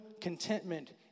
contentment